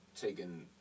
taking